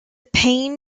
pain